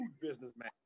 businessman